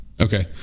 Okay